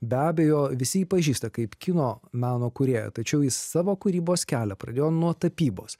be abejo visi jį pažįsta kaip kino meno kūrėją tačiau jis savo kūrybos kelią pradėjo nuo tapybos